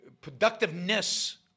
productiveness